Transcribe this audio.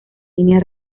línea